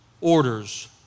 orders